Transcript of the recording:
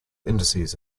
indices